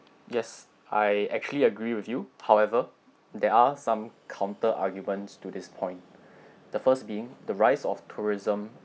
yes I actually agree with you however there are some counter arguments to this point the first being the rise of tourism